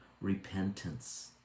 repentance